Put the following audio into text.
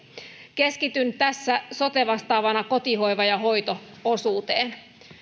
keskityn tässä sote vastaavana kotihoiva ja hoito osuuteen